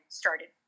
started